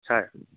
sir